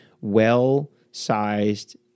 well-sized